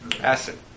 Acid